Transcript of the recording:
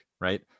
right